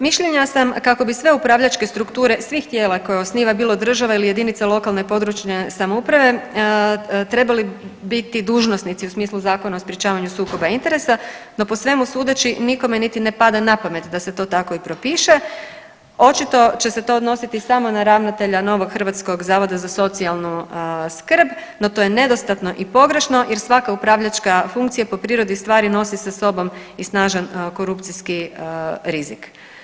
Mišljenja sam kako bi sve upravljačke strukture svih tijela koje osniva bilo država ili jedinice lokalne i područne samouprave trebali biti dužnosnici u smislu Zakona o sprječavanju sukoba interesa, no po svemu sudeći nikome niti ne pada na pamet da se to tako i propiše, očito će se to odnositi samo na ravnatelja novog Hrvatskog zavoda za socijalnu skrb, no to je nedostatno i pogrešno jer svaka upravljačka funkcija po prirodi stvari nosi sa sobom i snažan korupcijski rizik.